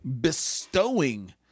bestowing